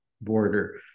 border